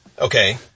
okay